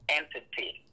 entity